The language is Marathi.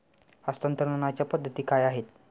हस्तांतरणाच्या पद्धती काय आहेत?